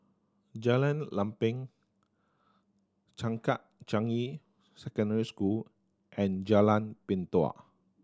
Jalan Lempeng Changkat Changi Secondary School and Jalan Pintau